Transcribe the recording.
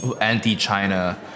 anti-China